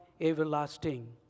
everlasting